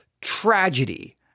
tragedy